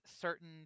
certain